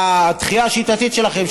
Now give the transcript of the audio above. והדחייה השיטתית שלכם,